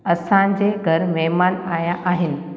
असांजे घर में महिमान आया आहिनि